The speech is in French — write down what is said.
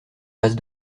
vase